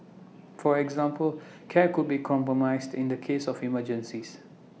for example care could be compromised in the case of emergencies